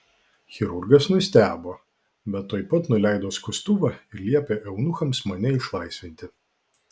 chirurgas nustebo bet tuoj pat nuleido skustuvą ir liepė eunuchams mane išlaisvinti